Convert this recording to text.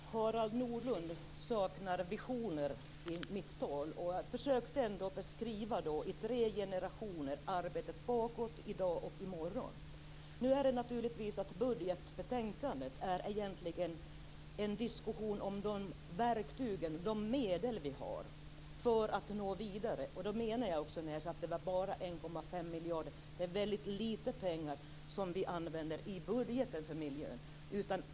Fru talman! Harald Nordlund saknar visioner i mitt tal. Jag försökte ändå beskriva, i tre generationer, arbetet bakåt, i dag och i morgon. Budgetbetänkandet är egentligen en diskussion om de verktyg, de medel vi har för att nå vidare. Det menade jag också när jag sade att det bara var 1,5 miljarder. Det är väldigt lite pengar i budgeten som vi använder för miljön.